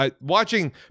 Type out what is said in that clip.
watching